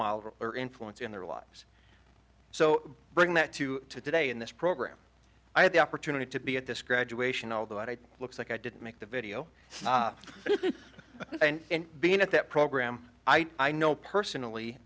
model or influence in their lives so bring that to today in this program i had the opportunity to be at this graduation although i looks like i did make the video and being at that program i know personally